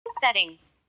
Settings